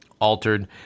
altered